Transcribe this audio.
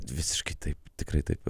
visiškai taip tikrai taip